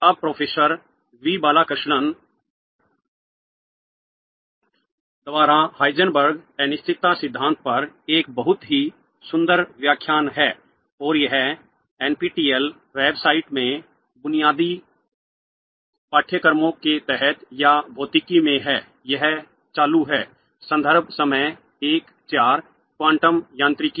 अब professor V Balakrishnan द्वारा हाइजेनबर्ग अनिश्चितता सिद्धांत पर एक बहुत ही सुंदर व्याख्यान है और यह NPTEL वेबसाइट में बुनियादी पाठ्यक्रमों के तहत या भौतिकी में है यह चालू है क्वांटम यांत्रिकी